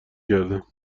کردم